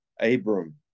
Abram